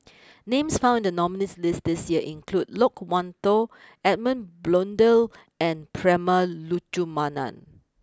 names found in the nominees' list this year include Loke Wan Tho Edmund Blundell and Prema Letchumanan